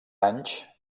anys